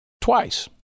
twice